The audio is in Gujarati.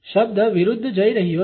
શબ્દ વિરુદ્ધ જઈ રહ્યો છે